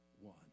one